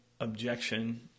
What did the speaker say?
objection